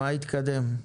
מה התקדם?